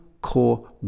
core